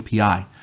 API